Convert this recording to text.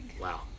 Wow